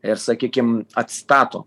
ir sakykim atstato